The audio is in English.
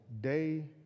day